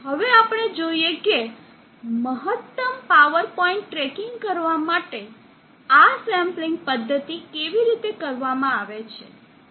ચાલો હવે આપણે જોઈએ કે મહત્તમ પાવર પોઇન્ટ ટ્રેકિંગ કરવા માટે આ સેમ્પલિંગ પદ્ધતિ કેવી રીતે કરવામાં આવે છે